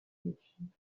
безупречным